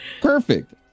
Perfect